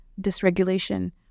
dysregulation